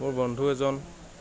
মোৰ বন্ধু এজন